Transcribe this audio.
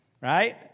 right